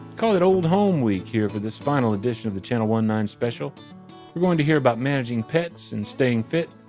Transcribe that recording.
call it old-home week here for this final edition of the channel one-nine special we're going to hear about managing pets and staying fit,